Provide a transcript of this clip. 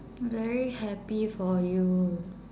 very happy for you